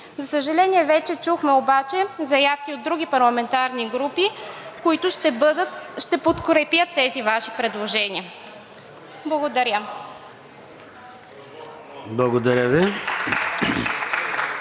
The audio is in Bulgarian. За съжаление, вече чухме обаче заявки от други парламентарни групи, които ще подкрепят тези Ваши предложения. Благодаря. (Ръкопляскания